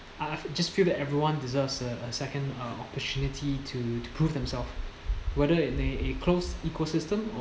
I just feel that everyone deserves a second uh opportunity to to prove themselves whether it may a close ecosystem or